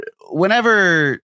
whenever